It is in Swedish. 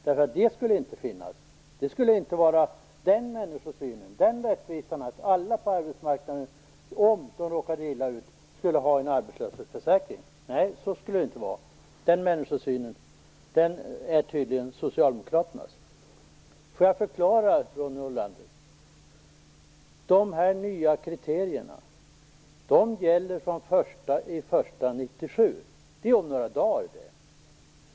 Någon sådan skulle inte finnas. Den rättvisan att alla på arbetsmarknaden skulle ha en arbetslöshetsförsäkring om de råkade illa ut skulle inte finnas. Den människosynen är tydligen De nya kriterierna gäller från den 1 januari 1997. Det är om några dagar.